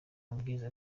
mabwiriza